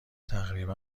تقریبا